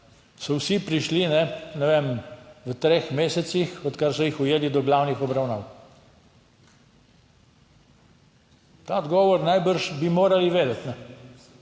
so vsi prišli, ne vem, v treh mesecih, odkar so jih ujeli, do glavnih obravnav. Ta odgovor najbrž bi morali vedeti, ker